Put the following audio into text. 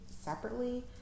separately